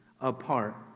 apart